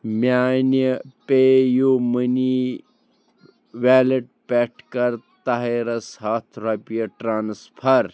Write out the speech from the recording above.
میٛانہِ پے U money wallet پٮ۪ٹھ کَر طاہِرس ہَتھ رۄپیہِ ٹرٛانسفر